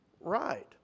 right